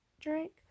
drink